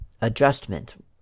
adjustment